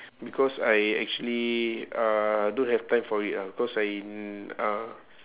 because I actually uh don't have time for it lah because I uh